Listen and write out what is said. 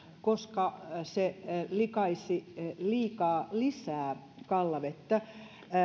koska se likaisi liikaa lisää kallavettä